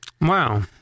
Wow